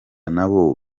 nabo